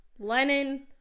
Lenin